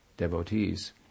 Devotees